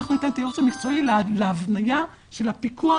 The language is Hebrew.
אנחנו ניתן את הייעוץ המקצועי להבניה של הפיקוח